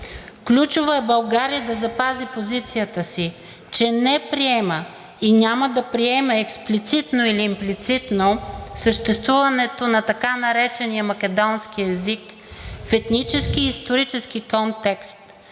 Ключово е България да запази позицията си, че не приема и няма да приеме експлицитно или имплицитно съществуването на така наречения македонски език в етнически и исторически контекст.